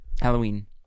Halloween